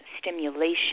stimulation